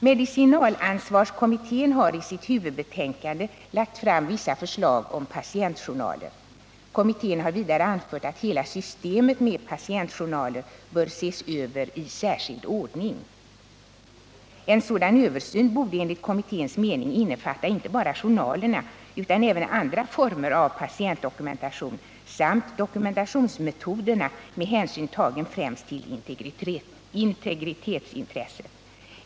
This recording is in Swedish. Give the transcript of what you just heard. Medicinalansvarskommittén har i sitt huvudbetänkande lagt fram vissa förslag om patientjournaler. Kommittén har vidare anfört att hela systemet med patientjournaler bör ses över i särskild ordning. En sådan översyn borde enligt kommitténs mening innefatta inte bara journalerna utan även andra former av patientdokumentation samt dokumentationsmetoderna med hänsyn tagen främst till integritetsintresset.